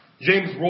James